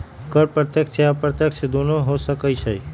कर प्रत्यक्ष चाहे अप्रत्यक्ष दुन्नो हो सकइ छइ